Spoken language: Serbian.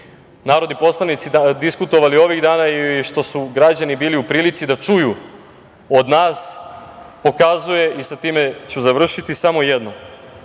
narodni poslanici diskutovali ovih dana i što su građani bili u prilici da čuju od nas pokazuje, i sa time ću završiti, samo jedno,